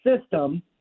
system